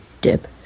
dip